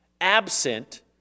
absent